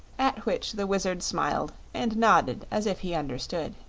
at which the wizard smiled and nodded as if he understood.